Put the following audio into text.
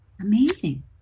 Amazing